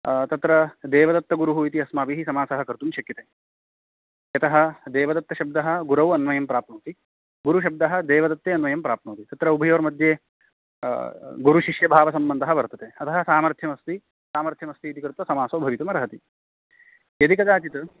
तत्र देवदत्तगुरुः इति अस्माभिः समासः कर्तुं शक्यते यतः देवदत्तशब्दः गुरौ अन्वयं पाप्नोति गुरुशब्दः देवदत्ते अन्वयं प्राप्नोति तत्र उभयोर्मध्ये गुरुशिष्यभावसम्बन्धः वर्तते अतः सामर्थ्यमस्ति सामर्थ्यमस्तीति कृत्वा समासः भवितुमर्हति यदि कदाचित्